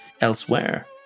elsewhere